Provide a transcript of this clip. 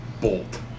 bolt